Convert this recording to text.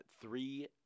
three